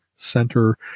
center